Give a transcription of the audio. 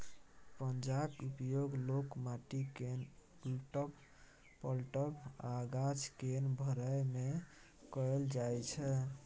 पंजाक उपयोग लोक माटि केँ उलटब, पलटब आ गाछ केँ भरय मे कयल जाइ छै